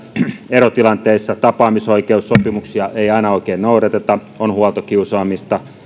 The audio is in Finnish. erotilanteissa tapaamisoikeussopimuksia ei aina oikein noudateta on huoltokiusaamista